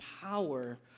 power